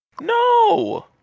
No